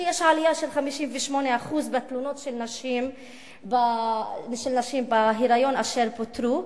שיש עליה של 58% בתלונות של נשים בהיריון אשר פוטרו,